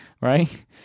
right